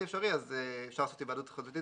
אפשרי אז אפשר לעשות היוועדות חזותית